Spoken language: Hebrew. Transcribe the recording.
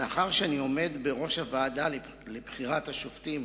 מאחר שאני עומד בראש הוועדה לבחירת השופטים,